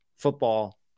Football